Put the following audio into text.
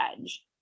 edge